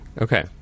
Okay